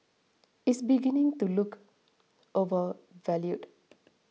is beginning to look overvalued